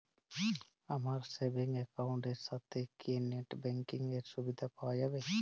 আমার savings account এর সাথে কি নেটব্যাঙ্কিং এর সুবিধা পাওয়া যাবে?